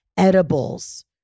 edibles